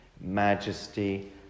majesty